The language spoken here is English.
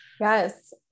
Yes